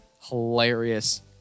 hilarious